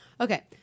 Okay